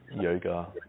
yoga